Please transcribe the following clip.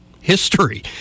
history